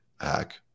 hack